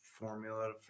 formula